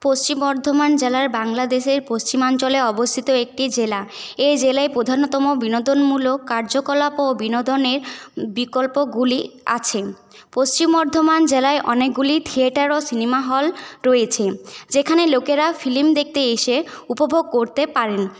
পশ্চিম বর্ধমান জেলার বাংলাদেশের পশ্চিমাঞ্চলে অবস্থিত একটি জেলা এই জেলায় প্রধানতম বিনোদনমূলক কার্যকলাপ ও বিনোদনের বিকল্পগুলি আছে পশ্চিম বর্ধমান জেলায় অনেকগুলি থিয়েটার ও সিনেমা হল রয়েছে যেখানে লোকেরা ফিল্ম দেখতে এসে উপভোগ করতে পারেন